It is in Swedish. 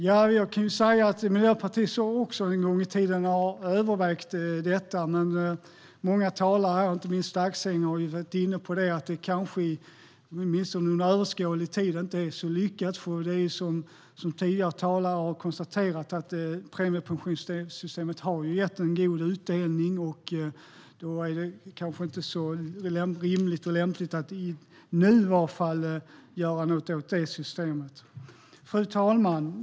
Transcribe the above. Jag kan säga att också Miljöpartiet en gång i tiden har övervägt detta, men många talare, inte minst Lars-Arne Staxäng, har varit inne på att det under överskådlig tid inte är så lyckat. Precis som tidigare talare har konstaterat har premiepensionssystemet gett en god utdelning. Då är det inte så rimligt och lämpligt att i varje fall nu göra något åt det systemet. Fru talman!